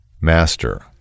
Master